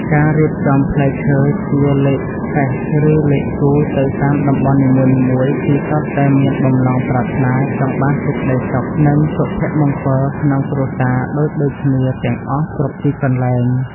ការរៀបចំផ្លែឈើជាលេខសេសឬលេខគូទៅតាមតំបន់នីមួយៗគឺសុទ្ធតែមានបំណងប្រាថ្នាចង់បានសេចក្តីសុខ និង សុភមង្គលក្នុងគ្រួសារដូចៗគ្នាទាំងអស់គ្រប់ទីកន្លែង។